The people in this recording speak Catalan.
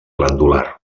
glandular